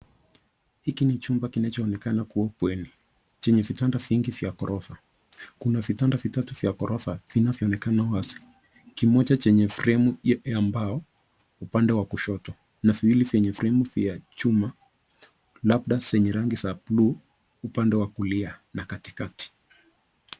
Hiki ni chumba kinachoonekana kuwa bweni chenye vitanda vingi vya ghorofa. Kuna vitanda vitatu vya ghorofa vinavyoonekana wazi. Kimoja chenye fremu ya mbao upande wa kushoto na viwili venye fremu vya chuma labda zenye rangi za buluu upande wa kulia na katikati.